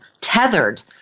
tethered